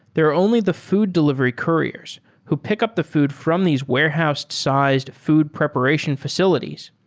there are only the food delivery couriers who pick up the food from these warehoused-sized food preparation facilities.